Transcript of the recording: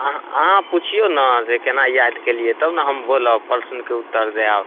अहाँ अहाँ पूछियौ ने जे केना याद केलियै तब ने हम बोलब प्रश्नके उत्तर देब